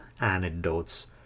anecdotes